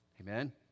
Amen